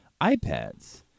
iPads